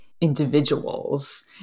individuals